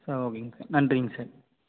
சரி ஓகேங்க சார் நன்றிங்க சார்